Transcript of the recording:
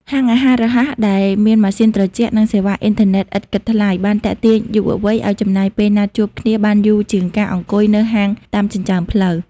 ហាងអាហាររហ័សដែលមានម៉ាស៊ីនត្រជាក់ និងសេវាអ៊ីនធឺណិតឥតគិតថ្លៃ បានទាក់ទាញយុវវ័យឱ្យចំណាយពេលណាត់ជួបគ្នាបានយូរជាងការអង្គុយនៅហាងតាមចិញ្ចើមផ្លូវ។